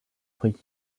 prix